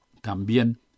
también